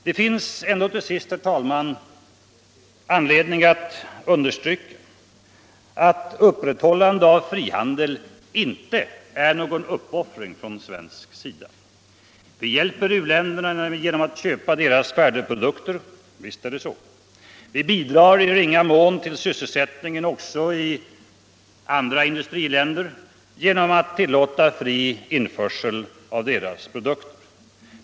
Det finns ändå till sist, herr talman, anledning att understryka att ett upprätthållande av frihandeln inte är någon uppoffring från svensk sida. Vi hjälper u-länderna genom att köpa deras färdigprodukter. Visst är det så. Vi bidrar i ringa mån till sysselsättningen också i industriländerna genom att tillåta fri införsel av deras produkter.